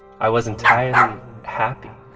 i was entirely happy.